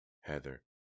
Heather